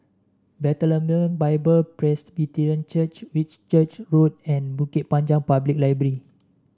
Bethlehem Bible Presbyterian Church Whitchurch Road and Bukit Panjang Public Library